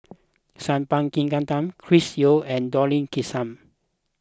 Sat Pal Khattar Chris Yeo and Dollah Kassim